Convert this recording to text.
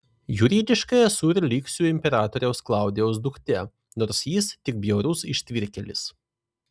juridiškai esu ir liksiu imperatoriaus klaudijaus duktė nors jis tik bjaurus ištvirkėlis